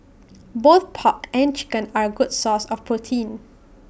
both pork and chicken are A good source of protein